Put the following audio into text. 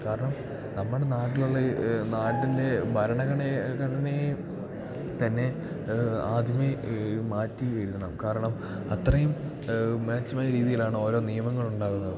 കാരണം നമ്മുടെ നാട്ടിലുള്ള നാടിൻ്റെ ഭരണഘടനയെ തന്നെ ആദ്യമേ മാറ്റി എഴുതണം കാരണം അത്രയും മ്ലേച്ഛമായ രീതിയിൽ ആണ് ഓരോ നിയമങ്ങളുണ്ടാകുന്നത്